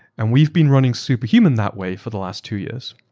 and we've been running superhuman that way for the last two years.